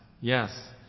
Yes